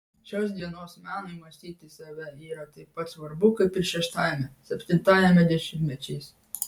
šios dienos menui mąstyti save yra taip pat svarbu kaip ir šeštajame septintajame dešimtmečiais